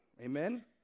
Amen